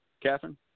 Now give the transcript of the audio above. Catherine